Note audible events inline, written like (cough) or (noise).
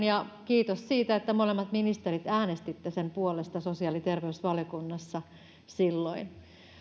(unintelligible) ja kiitos siitä että molemmat ministerit äänestitte sen puolesta sosiaali ja terveysvaliokunnassa silloin